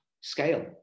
scale